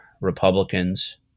Republicans